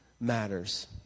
matters